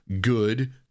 good